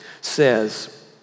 says